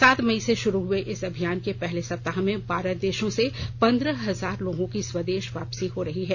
सात मई से शुरू हुए इस अभियान के पहले सप्ताह में बारह देशों से पंद्रह हजार लोगों की स्वदेश वापसी हो रही है